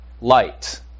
light